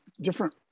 different